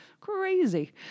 crazy